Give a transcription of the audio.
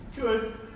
Good